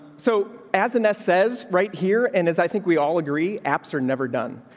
so as a nest says right here. and as i think we all agree aps or never done,